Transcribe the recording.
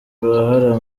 uruhare